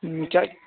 ہوں کیا